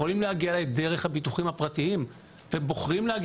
יכולים להגיע אליי דרך הביטוחים הפרטיים והם בוחרים להגיע